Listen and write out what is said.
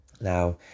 Now